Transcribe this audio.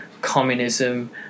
communism